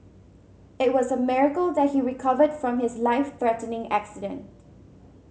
it was a miracle that he recovered from his life threatening accident